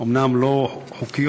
אומנם לא חוקיות,